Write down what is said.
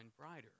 brighter